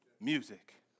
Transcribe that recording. Music